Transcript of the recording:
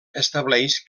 estableix